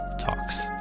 Talks